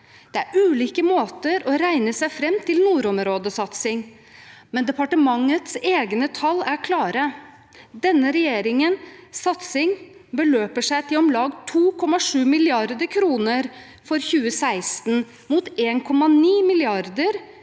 Det er ulike måter å regne seg fram til nordområdesatsingen på, men departementets egne tall er klare: Denne regjeringens satsing beløper seg til om lag 2,7 mrd. kr for 2016, mot 1,9 mrd.